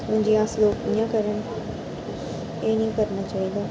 हून जियां अस इ'यां करन एह् नी करना चाहिदा